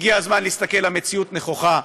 הגיע הזמן להסתכל במציאות נכוחה.